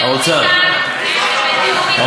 מי ירכז את הוועדה?